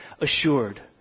assured